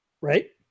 Right